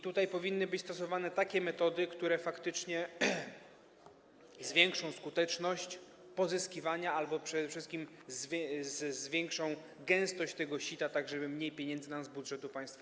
Tutaj powinny być stosowane takie metody, które faktycznie zwiększą skuteczność pozyskiwania albo przede wszystkim zwiększą gęstość tego sita, żeby mniej pieniędzy uciekało z budżetu państwa.